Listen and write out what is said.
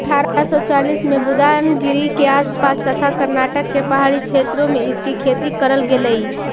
अठारा सौ चालीस में बुदानगिरी के आस पास तथा कर्नाटक के पहाड़ी क्षेत्रों में इसकी खेती करल गेलई